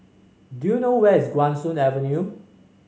do you know where is Guan Soon Avenue